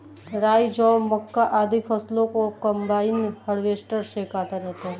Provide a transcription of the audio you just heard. राई, जौ, मक्का, आदि फसलों को कम्बाइन हार्वेसटर से काटा जाता है